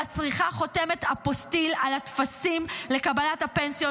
המצריכה חותמת אפוסטיל על הטפסים לקבלת הפנסיות,